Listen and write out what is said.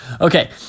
Okay